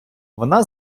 вона